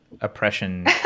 oppression